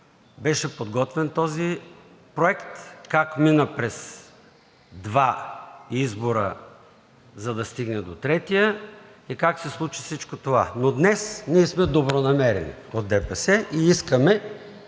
беше подготвен този проект, как мина през два избора, за да стигне до третия, и как се случи всичко това. Но днес ние от ДПС сме добронамерени и искаме